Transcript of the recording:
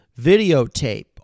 videotape